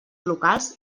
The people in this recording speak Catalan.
locals